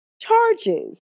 charges